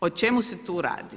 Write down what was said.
O čemu se tu radi?